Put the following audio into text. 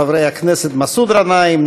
חברי הכנסת מסעוד גנאים,